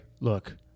look